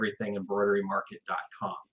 everythingembroiderymarket.com